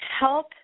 help